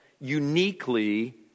uniquely